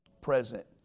present